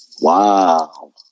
Wow